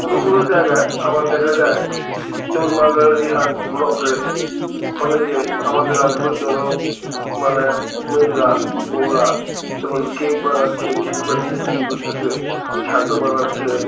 কোনো কোনো জায়গায় আবার দেখা যায় যেমন মাদারিহাট ব্লকে অনেকে আমাদের আলিপুরদুয়ারেও মানে মেয়েরা বউরা যেমন কেক বানাচ্ছে কেক বানিয়ে বিক্রি করতেছে ছাতু বানাচ্ছে